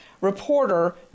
reporter